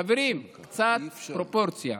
חברים, קצת פרופורציה.